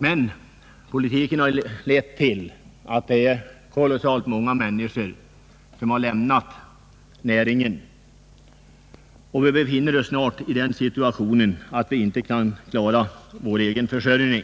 Jordbrukspolitiken har lett till att kolossalt många människor har lämnat näringen. Vi befinner oss snart i den situationen att vi inte kan klara vår egen försörjning.